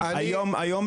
שהוא חדש,